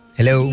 Hello